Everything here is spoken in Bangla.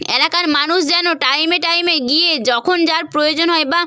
এলাকার মানুষ যেন টাইমে টাইমে গিয়ে যখন যার প্রয়োজন হয় বা